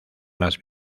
más